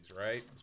right